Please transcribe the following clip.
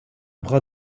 bras